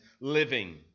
living